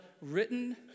Written